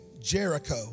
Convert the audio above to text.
Jericho